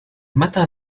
متى